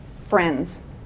friends